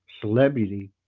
celebrity